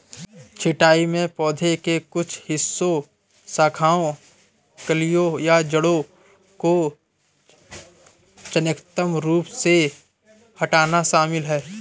छंटाई में पौधे के कुछ हिस्सों शाखाओं कलियों या जड़ों को चयनात्मक रूप से हटाना शामिल है